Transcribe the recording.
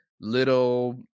little